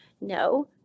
No